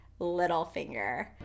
Littlefinger